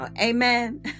Amen